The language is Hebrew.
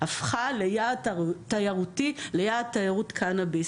הפכה ליעד תיירות קנאביס.